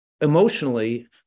emotionally